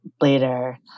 later